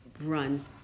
run